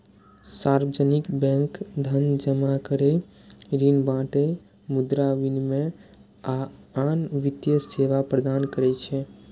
सार्वजनिक बैंक धन जमा करै, ऋण बांटय, मुद्रा विनिमय, आ आन वित्तीय सेवा प्रदान करै छै